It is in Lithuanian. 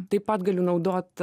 taip pat galiu naudot